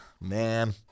man